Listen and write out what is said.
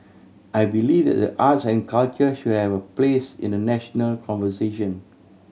I believe that the arts and culture should have a place in the national conversation